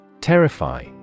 Terrify